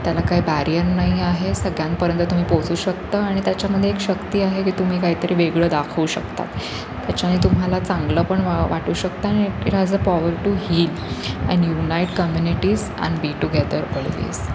त्याला काही बॅरियर नाही आहे सगळ्यांपर्यंत तुम्ही पोचू शकता आणि त्याच्यामध्ये एक शक्ती आहे की तुम्ही काही तरी वेगळं दाखवू शकतात त्याच्याने तुम्हाला चांगलं पण व वाटू शकतं आणि it it has a power to heal and unite communities and be together always